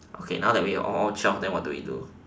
okay now that we all all twelve then what do we do